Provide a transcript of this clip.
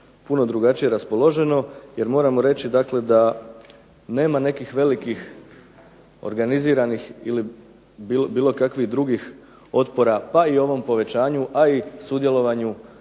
puno drugačije raspoloženo, jer moramo reći dakle da nema nekih velikih organiziranih ili bilo kakvih drugih otpora pa i ovom povećanju pa i sudjelovanju,